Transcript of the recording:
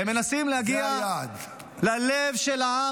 הם מנסים להגיע -- זה היעד.